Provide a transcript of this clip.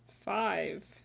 Five